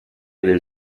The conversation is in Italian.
del